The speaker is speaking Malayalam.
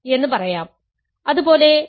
അതുപോലെ a2 I n2 ലാണ്